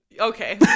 Okay